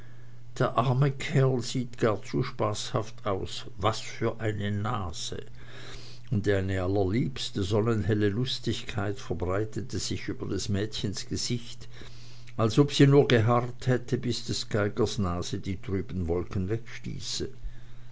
der arme kerl sieht gar zu spaßhaft aus was für eine nase und eine allerliebste sonnenhelle lustigkeit verbreitete sich über des mädchens gesicht als ob sie nur geharrt hätte bis des geigers nase die trüben wolken